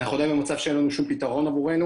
אנחנו עדיין במצב שאין לנו שום פתרון עבורנו,